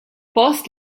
post